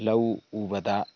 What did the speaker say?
ꯂꯧ ꯎꯕꯗ